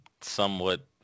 somewhat